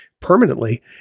permanently